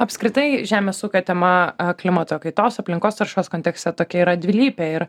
apskritai žemės ūkio tema klimato kaitos aplinkos taršos kontekste tokia yra dvilypė ir